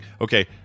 Okay